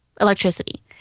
electricity